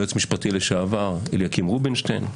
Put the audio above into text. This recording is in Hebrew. היועץ המשפטי לשעבר אליקים רובינשטיין,